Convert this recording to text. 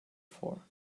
for